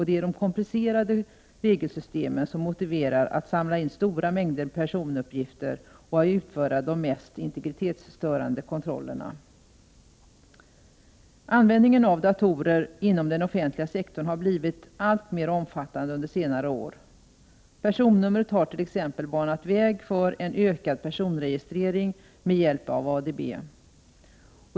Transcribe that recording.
Det är de komplicerade regelsystemen som motiverar att man måste samla in stora mängder personuppgifter och utföra de mest integritetsstörande kontrollerna. Användningen av datorer inom den offentliga sektorn har blivit alltmer omfattande under senare år. Personnumret har t.ex. banat väg för en ökad personregistrering med hjälp av ADB.